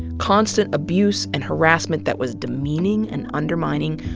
constant abuse and harassment that was demeaning and undermining,